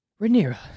Rhaenyra